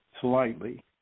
slightly